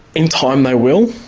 in time, they will.